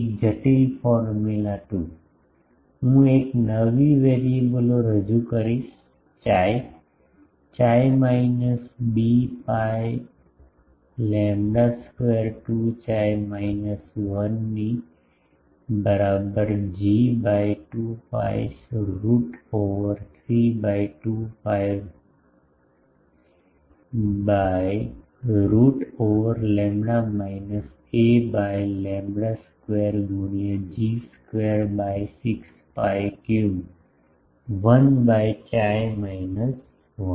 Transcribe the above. એક જટિલ ફોર્મ્યુલા 2 હું એક નવી વેરીએબલો રજૂ કરીશ chi chi minus B by lambda square 2 chi minus 1 ની બરાબર G by 2 pi root over 3 by 2 pi by root over lambda minus A by lambda square ગુણ્યાં G square by 6 pi cube 1 by chi minus 1